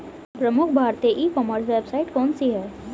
प्रमुख भारतीय e commerce website कौन कौन सी हैं?